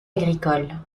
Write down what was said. agricole